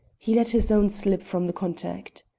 he let his own slip from the contact.